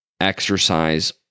exercise